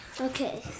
Okay